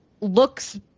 looks